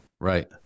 Right